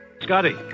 Scotty